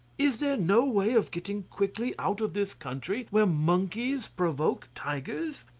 is there no way of getting quickly out of this country where monkeys provoke tigers?